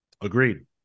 Agreed